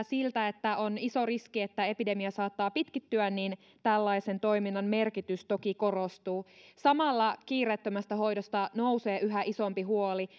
siltä että on iso riski että epidemia saattaa pitkittyä niin tällaisen toiminnan merkitys toki korostuu samalla kiireettömästä hoidosta nousee yhä isompi huoli